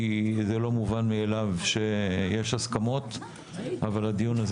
כי זה לא מובן מאליו שיש הסכמות אבל הדיון הזה